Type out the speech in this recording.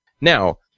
Now